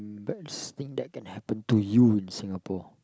best thing that can happened to you in Singapore